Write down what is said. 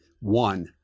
one